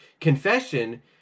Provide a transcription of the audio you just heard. confession